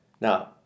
Now